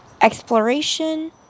exploration